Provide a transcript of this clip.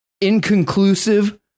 inconclusive